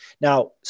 now